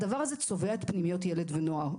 הדבר הזה צובע את פנימיות ילד ונוער.